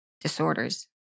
disorders